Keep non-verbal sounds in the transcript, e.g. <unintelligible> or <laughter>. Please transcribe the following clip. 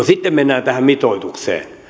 <unintelligible> sitten mennään tähän mitoitukseen